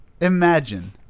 Imagine